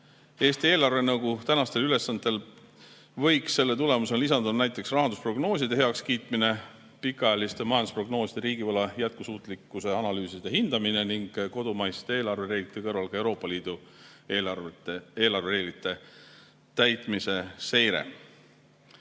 Eesti eelarvenõukogu tänastele ülesannetele võiks selle tulemusel lisanduda näiteks rahandusprognooside heakskiitmine, pikaajaliste majandusprognooside ja riigivõla jätkusuutlikkuse analüüside hindamine ning kodumaiste eelarvereeglite kõrval ka Euroopa Liidu eelarvereeglite täitmise seire.